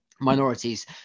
Minorities